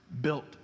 Built